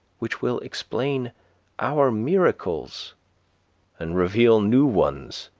which will explain our miracles and reveal new ones.